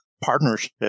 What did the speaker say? partnership